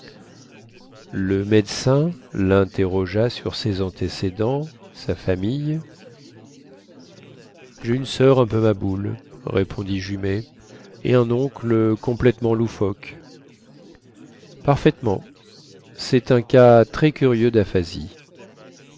le médecin linterrogea sur ses antécédents sa famille jai une soeur un peu maboul répondit jumet et un oncle complètement loufoque parfaitement cest un cas très curieux daphasie